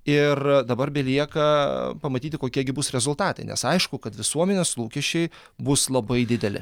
ir dabar belieka pamatyti kokie gi bus rezultatai nes aišku kad visuomenės lūkesčiai bus labai dideli